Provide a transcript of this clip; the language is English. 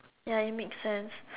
ya it makes sense